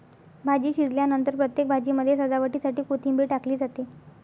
भाजी शिजल्यानंतर प्रत्येक भाजीमध्ये सजावटीसाठी कोथिंबीर टाकली जाते